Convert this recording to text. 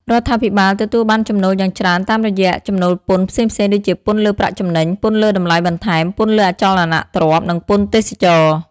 រដ្ឋាភិបាលទទួលបានចំណូលយ៉ាងច្រើនតាមរយៈ ចំណូលពន្ធ ផ្សេងៗ ដូចជាពន្ធលើប្រាក់ចំណេញ ពន្ធលើតម្លៃបន្ថែម ពន្ធលើអចលនទ្រព្យ និងពន្ធទេសចរណ៍។